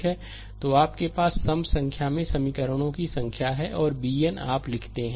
तो आपके पास सम संख्या में समीकरणों की संख्या है और bn आप लिखते हैं